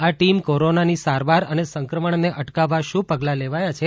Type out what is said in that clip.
આ ટીમ કોરોનાની સારવાર અને સંક્રમણને અટકાવવા શું પગલાં લેવાયા છે